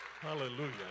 Hallelujah